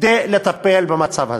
כדי לטפל במצב הזה.